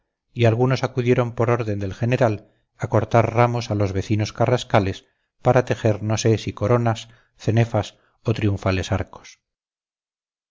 y algunos acudieron por orden del general a cortar ramos a los vecinos carrascales para tejer no sé si coronas cenefas o triunfales arcos